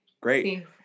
Great